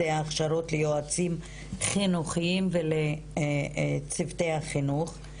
אלו ההכשרות ליועצים חינוכיים ולצוותי החינוך.